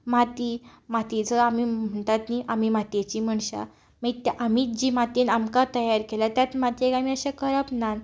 माती मातयेचो आमी म्हणटात न्ही आमी मातयेची मनशां आमीच जी मातयेन आमकांच तयार केल्या त्याच मातयेक आमी अशें करप ना